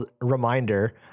reminder